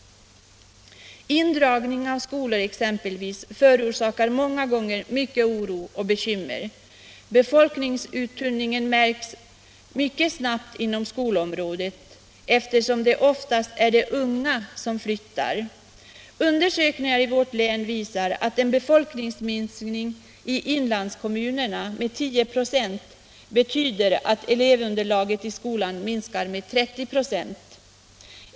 Indragning av skolor exempelvis förorsakar ofta mycket oro och bekymmer. Befolkningsuttunningen märks mycket snabbt inom skolområdet, eftersom det oftast är de unga som flyttar. Undersökningar i vårt län visar att en befolkningsminskning i inlandskommunerna med 10 ?6 betyder att elevunderlaget i skolan minskar med 30 96.